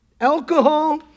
alcohol